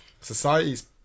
society's